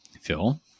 phil